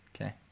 Okay